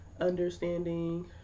understanding